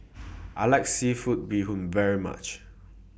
I like Seafood Bee Hoon very much